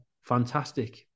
fantastic